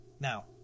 Now